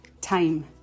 time